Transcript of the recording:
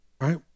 right